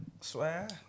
Swear